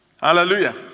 Hallelujah